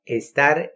estar